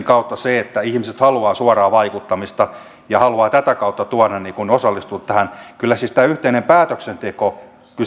kautta sen että ihmiset haluavat suoraa vaikuttamista ja haluavat tätä kautta osallistua tähän kyllä tämä yhteinen päätöksenteko